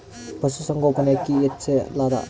ಪಶುಸಂಗೋಪನೆ ಅಕ್ಕಿ ಹೆಚ್ಚೆಲದಾ?